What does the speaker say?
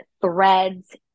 Threads